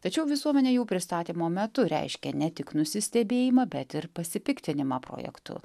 tačiau visuomenė jau pristatymo metu reiškė ne tik nusistebėjimą bet ir pasipiktinimą projektu